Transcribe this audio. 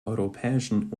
europäischen